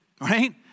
Right